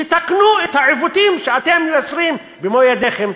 תתקנו את העיוותים שאתם יוצרים במו-ידיכם.